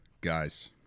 Guys